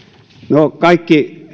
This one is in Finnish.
no kaikkien